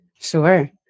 Sure